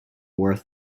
worth